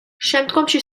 შემდგომში